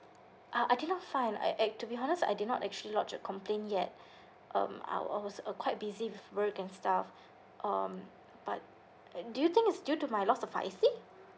ah I did not find I ac~ to be honest I did not actually lodge a complain yet um I was uh quite busy with work and stuff um but do you think it's due to my lost of I_C